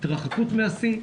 התרחקות מהשיא,